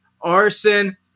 arson